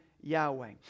Yahweh